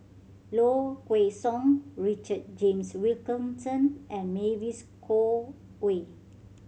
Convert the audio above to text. Low Kway Song Richard James Wilkinson and Mavis Khoo Oei